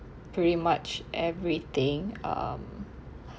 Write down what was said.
pretty much everything um